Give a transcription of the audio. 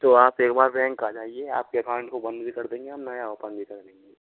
तो आप एक बार बैंक आ जाइए आपके अकाउंट को बंद भी कर देंगे हम नया ओपन भी कर देंगे